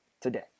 today